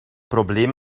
probleem